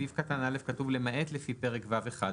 בסעיף קטן (א) כתוב למעט לפי פרק ו'1.